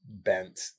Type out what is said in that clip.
bent